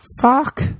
Fuck